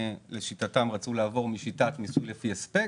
לשיטתם הם רצו לעבור לשיטת מיסוי לפי הספק.